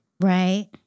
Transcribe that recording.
Right